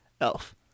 Elf